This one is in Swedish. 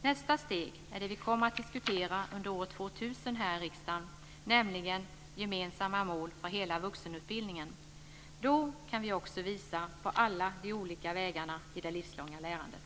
Nästa steg kommer vi att diskutera under år 2000 här i riksdagen, nämligen gemensamma mål för hela vuxenutbildningen. Då kan vi också visa på alla de olika vägarna i det livslånga lärandet.